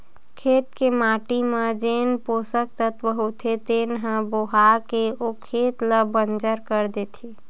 खेत के माटी म जेन पोसक तत्व होथे तेन ह बोहा के ओ खेत ल बंजर कर देथे